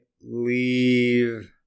leave